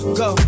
go